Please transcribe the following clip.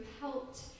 helped